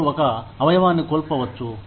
వారు ఒక అవయవాన్ని కోల్పోవచ్చు